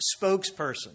spokesperson